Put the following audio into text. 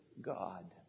God